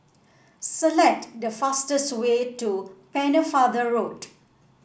select the fastest way to Pennefather Road